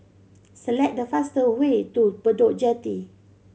select the fastest way to Bedok Jetty